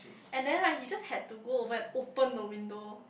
and then right he just had to go over and open the window